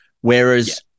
Whereas